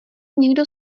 někdo